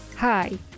Hi